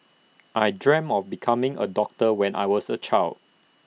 I dreamt of becoming A doctor when I was A child